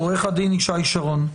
עו"ד ישי שרון.